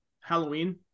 Halloween